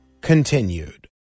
continued